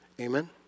Amen